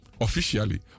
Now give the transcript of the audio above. officially